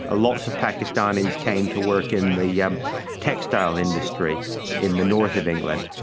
ah lots of pakistanis came to work in the yeah textile industry in the north of england,